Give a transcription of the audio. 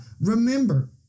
Remember